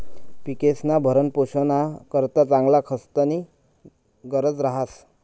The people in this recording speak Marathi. पिकेस्ना भरणपोषणना करता चांगला खतस्नी गरज रहास